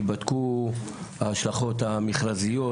יבדקו ההשלכות המרכזיות,